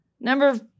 Number